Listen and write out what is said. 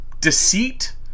deceit